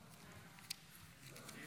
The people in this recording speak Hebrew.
סעיפים